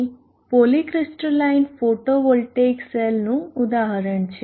અહીં polycrystalline photovoltaic સેલનું ઉદાહરણ છે